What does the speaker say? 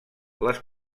les